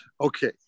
Okay